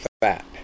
fat